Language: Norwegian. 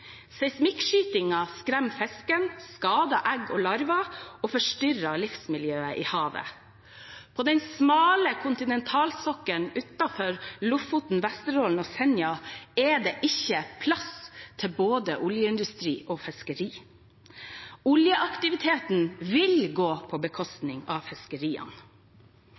skremmer fisk, skader egg og larver og forstyrrer livsmiljøet i havet. På den smale kontinentalsokkelen utenfor Lofoten, Vesterålen og Senja er det ikke plass til både oljeindustri og fiskeri. Oljeaktiviteten vil gå på bekostning av fiskeriene.